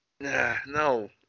No